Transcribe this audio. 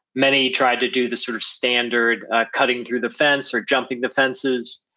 many tried to do the sort of standard cutting through the fence, or jumping the fences,